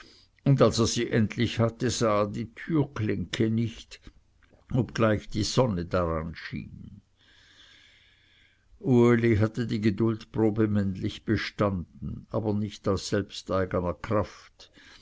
und als er sie endlich hatte sah er die türklinke nicht obgleich die sonne daran schien uli hatte die geduldprobe männlich bestanden aber nicht aus selbsteigener kraft